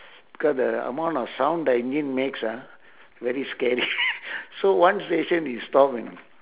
because the amount of sound the engine makes ah very scary so one station we stopped you know